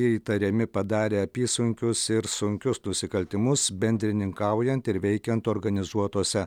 įtariami padarę apysunkius ir sunkius nusikaltimus bendrininkaujant ir veikiant organizuotose